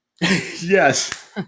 Yes